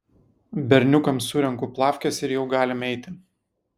berniukams surenku plafkes ir jau galim eiti